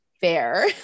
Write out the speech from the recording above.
fair